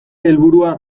helburua